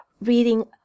reading